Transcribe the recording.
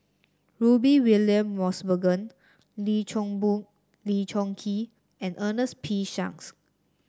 Rudy William Mosbergen Lee Choon Lee Choon Kee and Ernest P Shanks